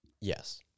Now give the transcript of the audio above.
Yes